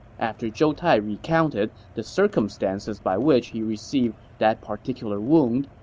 after zhou tai recounted the circumstances by which he received that particular wound,